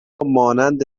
مانند